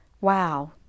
Wow